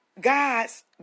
God's